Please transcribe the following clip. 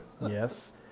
Yes